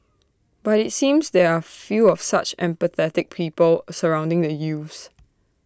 but IT seems there are few of such empathetic people surrounding the youths